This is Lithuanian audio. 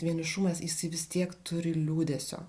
vienišumas jisai vis tiek turi liūdesio